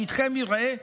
שטחי מרעה,